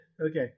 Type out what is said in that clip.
Okay